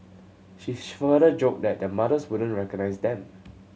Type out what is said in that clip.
she further joked that their mothers wouldn't recognise them